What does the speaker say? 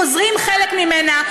גוזרים חלק ממנה,